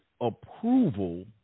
approval